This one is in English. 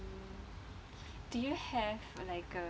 do you have like a